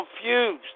confused